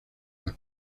las